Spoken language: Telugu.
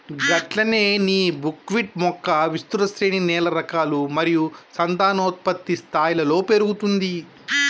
గట్లనే నీ బుక్విట్ మొక్క విస్తృత శ్రేణి నేల రకాలు మరియు సంతానోత్పత్తి స్థాయిలలో పెరుగుతుంది